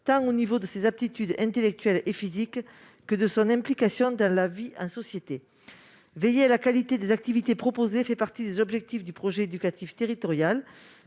tant au niveau de ses aptitudes intellectuelles et physiques que de son implication dans la vie en société. Veiller à la qualité des activités proposées fait partie des objectifs du projet éducatif territorial.